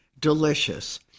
Delicious